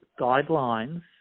guidelines